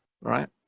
right